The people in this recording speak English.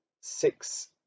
six